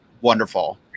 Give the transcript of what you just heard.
wonderful